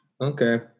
Okay